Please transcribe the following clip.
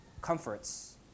comforts